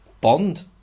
Bond